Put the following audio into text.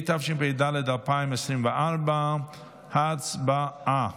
התשפ"ד 2024. הצבעה.